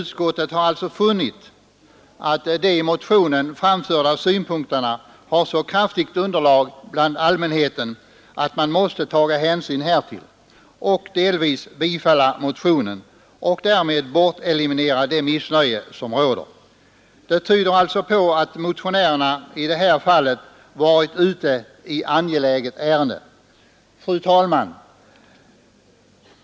Utskottet har alltså funnit att de i motionen framförda synpunkterna har så kraftigt underlag bland allmänheten att man måste taga hänsyn härtill och delvis tillstyrka motionen för att därmed eliminera det missnöje som råder. Det tyder alltså på att motionärerna i det här fallet varit ute i angeläget ärende. Fru talman!